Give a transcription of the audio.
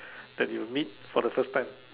that you meet for the first time